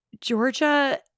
Georgia